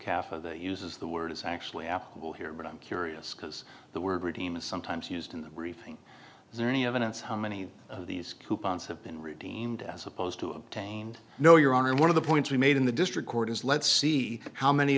proportion of cafe uses the word is actually apple here but i'm curious because the word redeem is sometimes used in the briefing is there any evidence how many of these coupons have been redeemed as opposed to obtained no your honor and one of the points you made in the district court is let's see how many